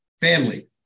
family